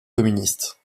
communiste